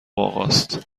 آقاست